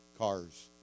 cars